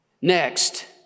Next